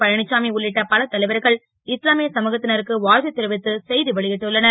பழ ச்சாமி உள்ளிட்ட பல தலைவர்கள் இஸ்லாமிய சமுகத் னருக்கு வா த்து தெரிவித்து செ வெளி ட்டுள்ளனர்